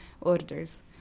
orders